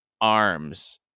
arms